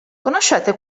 conoscete